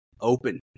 Open